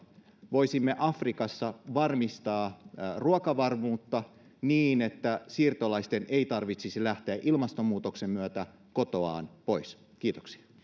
voisimme afrikassa varmistaa ruokavarmuutta niin että siirtolaisten ei tarvitsisi lähteä ilmastonmuutoksen myötä kotoaan pois kiitoksia ja